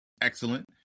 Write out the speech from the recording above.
excellent